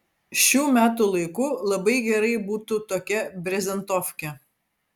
šiu metų laiku labai gerai būtų tokia brezentofkė